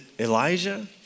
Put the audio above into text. Elijah